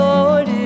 Lord